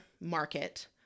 market